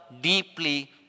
Deeply